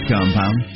Compound